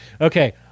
Okay